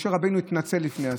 משה רבנו התנצל בפני השה.